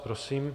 Prosím.